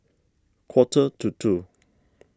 quarter to two